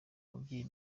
mubyeyi